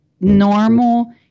normal